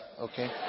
okay